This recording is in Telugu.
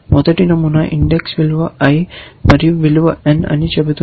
మొదటి నమూనా INDEX విలువ i మరియు విలువ n అని చెబుతుంది